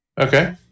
okay